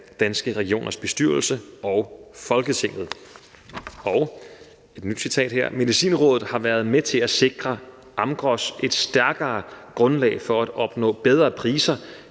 Danske Regioners bestyrelse og Folketinget.« Et andet citat lyder: